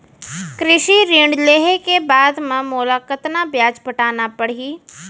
कृषि ऋण लेहे के बाद म मोला कतना ब्याज पटाना पड़ही?